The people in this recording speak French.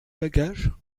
bagage